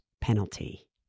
penalty